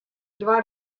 doar